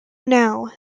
now